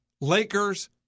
Lakers